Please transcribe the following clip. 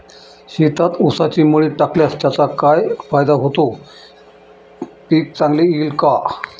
शेतात ऊसाची मळी टाकल्यास त्याचा काय फायदा होतो, पीक चांगले येईल का?